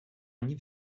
они